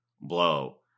blow